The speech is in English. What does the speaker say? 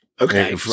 Okay